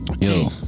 Yo